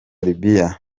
libya